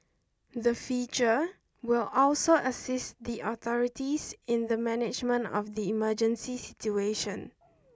the feature will also assist the authorities in the management of the emergency situation